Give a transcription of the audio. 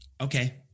Okay